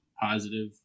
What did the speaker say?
positive